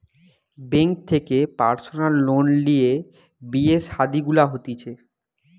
bank থেকে personal loan লিয়ে বিয়ে শাদী গুলা হতিছে